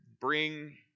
bring